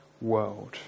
world